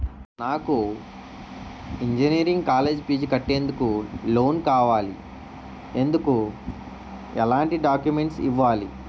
నాకు engineering college fees కట్టేందుకు loan కావాలి, ఎందుకు ఎలాంటి డాక్యుమెంట్స్ ఇవ్వాలి?